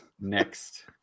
Next